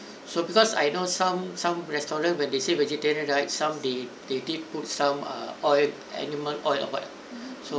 so because I know some some restaurant when they say vegetarian right some the they did put some uh oil animal oil or what so~